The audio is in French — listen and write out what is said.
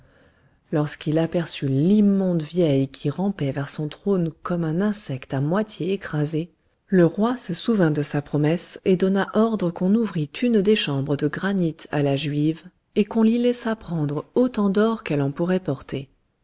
lorsqu'il aperçut l'immonde vieille qui rampait vers son trône comme un insecte à moitié écrasé le roi se souvint de sa promesse et donna ordre qu'on ouvrît une des chambres de granit à la juive et qu'on l'y laissât prendre autant d'or qu'elle en pourrait porter